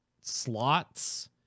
slots